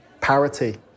parity